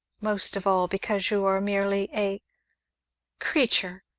most of all because you are merely a creature!